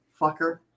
fucker